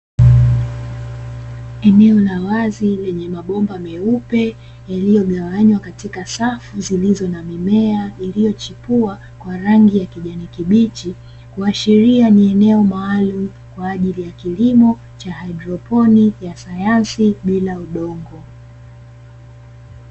Eneo la wazi, lenye mabomba meupe yaliyogawanywa katika safu zilizo na mimea iliyochipua kwa rangi ya kijani kibichi. Kuashiria ni eneo maalumu kwa ajili ya kilimo cha haidroponi ya sayansi bila udongo.